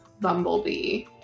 Bumblebee